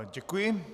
Děkuji.